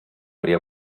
при